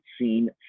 seen